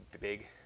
big